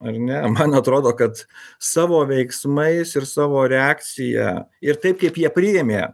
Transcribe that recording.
ar ne man atrodo kad savo veiksmais ir savo reakcija ir taip kaip jie priėmė